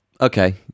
Okay